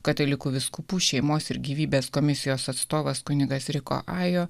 katalikų vyskupų šeimos ir gyvybės komisijos atstovas kunigas riko ajo